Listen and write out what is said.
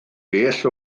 bell